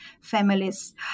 families